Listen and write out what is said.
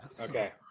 Okay